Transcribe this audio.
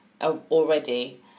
already